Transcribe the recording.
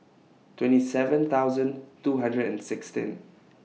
twenty seven thousand two hundred and sixteen